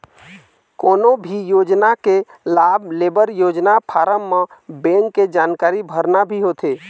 कोनो भी योजना के लाभ लेबर योजना फारम म बेंक के जानकारी भरना भी होथे